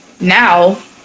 now